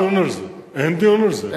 אין דיון על זה, אין דיון על זה.